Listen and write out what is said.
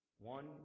One